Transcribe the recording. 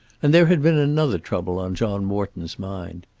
and there had been another trouble on john morton's mind.